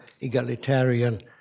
egalitarian